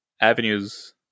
avenues